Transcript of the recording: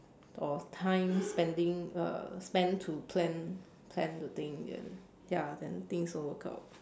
or times spending uh spent to plan plan the things and ya then things don't work out